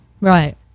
right